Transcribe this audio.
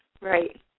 right